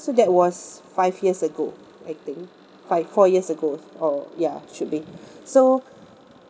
so that was five years ago I think five four years ago or ya should be so